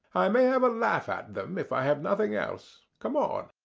i may have a laugh at them if i have nothing else. come on!